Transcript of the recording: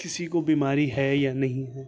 کسی کو بیماری ہے یا نہیں ہے